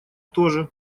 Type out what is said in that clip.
тоже